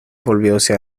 volvióse